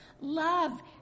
love